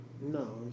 No